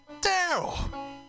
Daryl